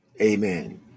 Amen